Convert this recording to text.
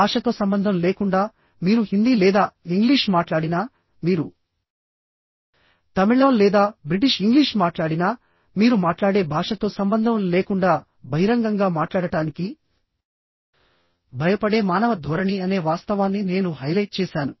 భాషతో సంబంధం లేకుండా మీరు హిందీ లేదా ఇంగ్లీష్ మాట్లాడినామీరు తమిళం లేదా బ్రిటిష్ ఇంగ్లీష్ మాట్లాడినా మీరు మాట్లాడే భాషతో సంబంధం లేకుండాబహిరంగంగా మాట్లాడటానికి భయపడే మానవ ధోరణి అనే వాస్తవాన్ని నేను హైలైట్ చేసాను